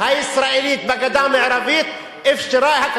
אין לך